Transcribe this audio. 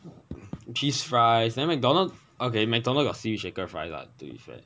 cheese fries then mcdonald's okay mcdonald got seaweed shaker fries lah to be fair